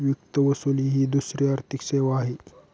वित्त वसुली ही दुसरी आर्थिक सेवा आहे